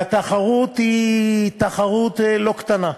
והתחרות היא תחרות לא קטנה.